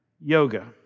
yoga